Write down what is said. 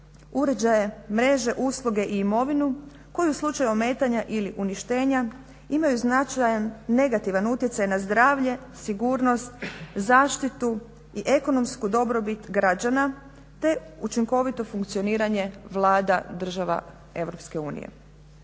uređaje, mreže, usluge i imovinu koju u slučaju ometanja ili uništenja imaju značajan negativan utjecaj na zdravlje, sigurnost, zaštitu i ekonomsku dobrobit građane te učinkovito funkcioniranje vlada država